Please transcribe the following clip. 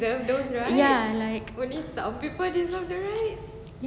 ya like